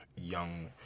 young